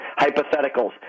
hypotheticals